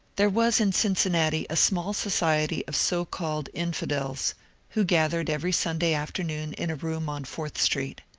there was in cincinnati a small society of so-called infi dels who gathered every sunday afternoon in a room on fourth street.